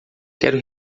quero